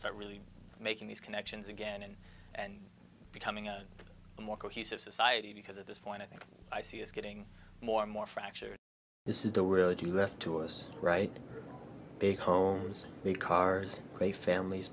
start really making these connections again and becoming a more cohesive society because at this point i think i see it's getting more and more fractured this is the word you left to us right big homes the cars they families